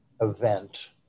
event